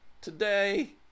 today